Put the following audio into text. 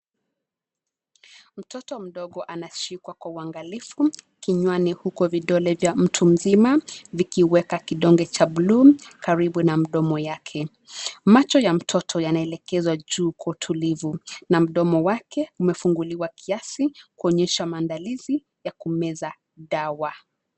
Mtoto mdogo anashikwa kwa uangalifu kinywani huko vidole vya mtu mzima vikiweka kidonge cha blue karibu na mdomo yake. Macho ya mtoto yanaelekezwa juu kwa utulivu na mdomo wake umefunguliwa kiasi kuonyesha maandalizi ya kumeza dawa.